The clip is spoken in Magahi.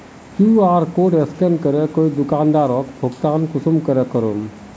कियु.आर कोड स्कैन करे कोई दुकानदारोक भुगतान कुंसम करे करूम?